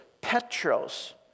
Petros